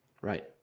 Right